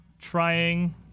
trying